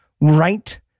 right